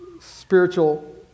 spiritual